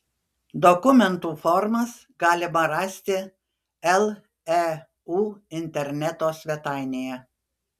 dokumentų formas galima rasti leu interneto svetainėje